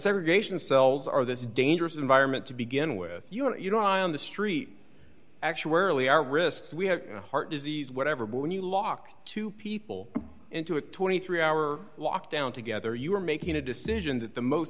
segregation cells are this dangerous environment to begin with you don't you know on the street actuarily are risks we have heart disease whatever but when you lock two people into a twenty three hour lockdown together you're making a decision that the most